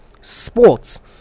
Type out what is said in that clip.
Sports